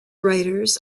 writers